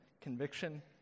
conviction